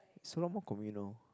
it's a lot more communal